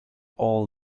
all